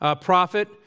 prophet